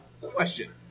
Question